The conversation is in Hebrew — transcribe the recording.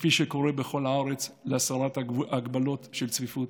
כפי שקורה בכל הארץ, להסרת ההגבלות של צפיפות.